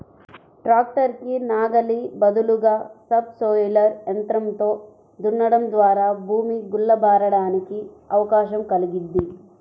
tractor కి నాగలి బదులుగా సబ్ సోయిలర్ యంత్రంతో దున్నడం ద్వారా భూమి గుల్ల బారడానికి అవకాశం కల్గిద్ది